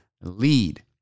lead